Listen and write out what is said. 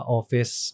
office